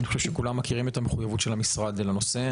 אני חושב שכולם מכירים את המחויבות של המשרד לנושא.